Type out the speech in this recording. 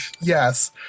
Yes